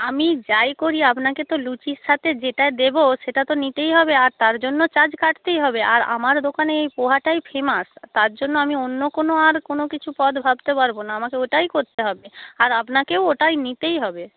আমি যাই করি আপনাকে তো লুচির সাথে যেটা দেবো সেটা তো নিতেই হবে আর তার জন্য চার্জ কাটতেই হবে আর আমার দোকানে এই পোহাটাই ফেমাস তার জন্য আমি অন্য কোনো আর কোনো কিছু পদ ভাবতে পারবো না আমাকে ওটাই করতে হবে আর আপনাকেও ওটাই নিতেই হবে